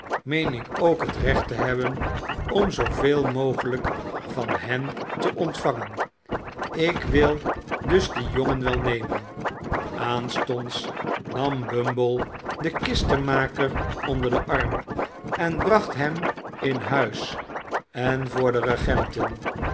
meen ik ook het recht te hebben om zooveel mogelijk van hen te ontvangen ik wil dus dien jongen wel nemen aanstonds nam bumble den kistenmaker onder den arm en bracht hem in huis en voor de regenten